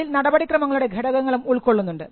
അതിൽ നടപടിക്രമങ്ങളുടെ ഘടകങ്ങളും ഉൾക്കൊള്ളുന്നുണ്ട്